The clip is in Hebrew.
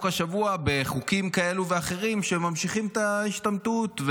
השבוע בחוקים כאלו ואחרים שממשיכים את ההשתמטות,